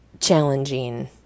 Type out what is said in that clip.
challenging